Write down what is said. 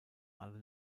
alle